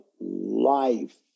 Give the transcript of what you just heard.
life